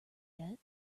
yet